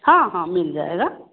हाँ हाँ मिल जाएगा